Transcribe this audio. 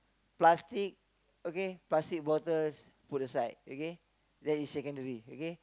plastic okay plastic bottles put a side okay that is secondary okay